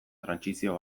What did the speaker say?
trantsizio